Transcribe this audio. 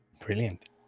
Brilliant